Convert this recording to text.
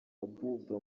abuba